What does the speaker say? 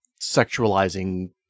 sexualizing